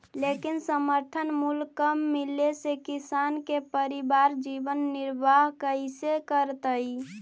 लेकिन समर्थन मूल्य कम मिले से किसान के परिवार जीवन निर्वाह कइसे करतइ?